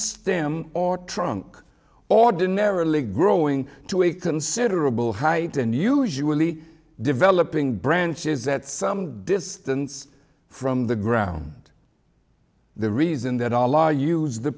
stem or trunk ordinarily growing to a considerable height and usually developing branches that some distance from the ground the reason that